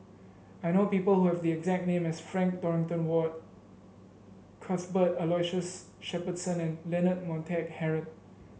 I know people who have the exact name as Frank Dorrington Ward Cuthbert Aloysius Shepherdson and Leonard Montague Harrod